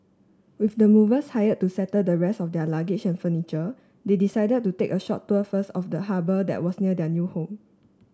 with the movers hired to settle the rest of their luggage and furniture they decided to take a short tour first of the harbour that was near their new home